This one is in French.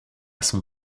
son